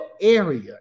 area